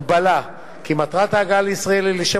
הגבלה כי מטרת ההגעה לישראל היא לשם